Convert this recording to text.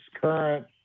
current